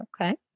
Okay